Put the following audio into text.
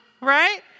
Right